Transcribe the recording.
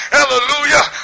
Hallelujah